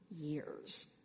years